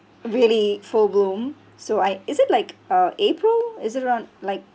really full bloom so I is it like uh april is it around like